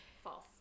False